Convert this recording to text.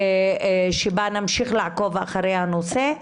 שבה נמשיך לעקוב אחרי הנושא.